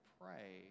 pray